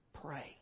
Pray